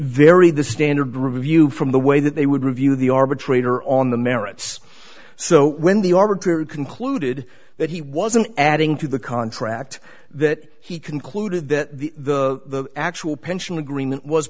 vary the standard review from the way that they would review the arbitrator on the merits so when the orator concluded that he wasn't adding to the contract that he concluded that the actual pension agreement was